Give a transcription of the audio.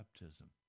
baptism